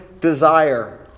desire